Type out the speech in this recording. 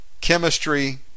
Chemistry